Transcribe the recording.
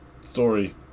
story